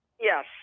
yes